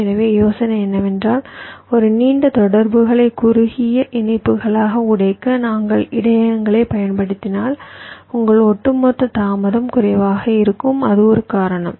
எனவே யோசனை என்னவென்றால் ஒரு நீண்ட தொடர்புகளை குறுகிய இணைப்புகளாக உடைக்க நாங்கள் இடையகங்களைப் பயன்படுத்தினால் உங்கள் ஒட்டுமொத்த தாமதம் குறைவாக இருக்கும் அது ஒரு காரணம்